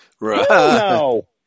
No